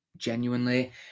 genuinely